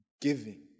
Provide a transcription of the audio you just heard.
giving